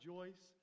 Joyce